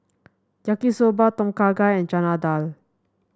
Yaki Soba Tom Kha Gai and Chana Dal